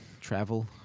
travel